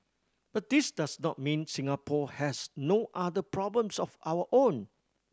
but this does not mean Singapore has no other problems of our own